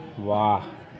वाह